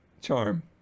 charm